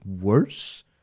worse